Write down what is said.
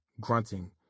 grunting